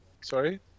Sorry